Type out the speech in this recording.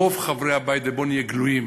רוב חברי הבית, ובואו ונהיה גלויים,